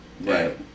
Right